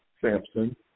Samson